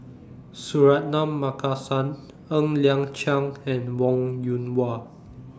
Suratman Markasan Ng Liang Chiang and Wong Yoon Wah